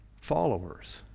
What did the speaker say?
followers